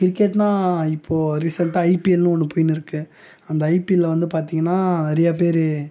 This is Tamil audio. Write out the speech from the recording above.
கிரிக்கெட்னா இப்போது ரிசல்ட் ஐபிஎல்ன்னு ஒன்று போயின்னு இருக்குது அந்த ஐபிஎல்ல வந்து பார்த்தீங்கன்னா நிறைய பேரு